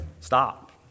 stop